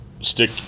stick